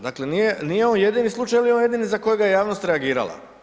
Dakle, nije ovo jedini slučaj, ili je ovo jedini za kojega je javnost reagirala?